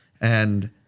and-